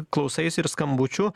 klausaisi ir skambučių